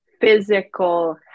physical